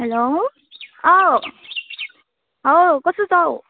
hello औ औ कस्तो छ हौ